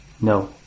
No